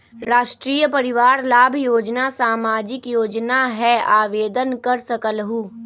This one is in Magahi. राष्ट्रीय परिवार लाभ योजना सामाजिक योजना है आवेदन कर सकलहु?